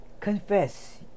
confess